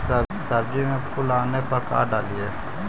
सब्जी मे फूल आने पर का डाली?